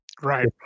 Right